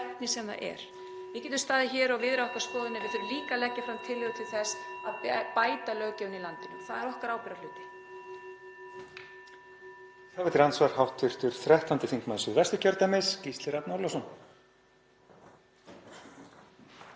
Það er okkar ábyrgðarhluti.